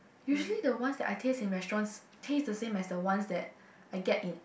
usually the ones that I taste in restaurants taste the same as the ones that I get in